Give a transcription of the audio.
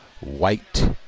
white